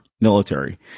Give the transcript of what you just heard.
military